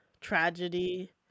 tragedy